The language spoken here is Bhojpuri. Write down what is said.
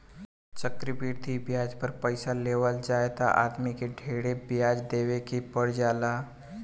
चक्रवृद्धि ब्याज पर पइसा लेवल जाए त आदमी के ढेरे ब्याज देवे के पर जाला